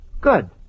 Good